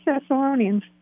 Thessalonians